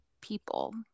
people